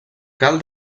cal